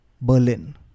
Berlin